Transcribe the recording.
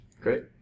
Great